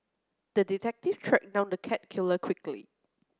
the detective tracked down the cat killer quickly